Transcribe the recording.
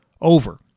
over